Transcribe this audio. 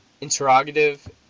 interrogative